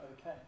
okay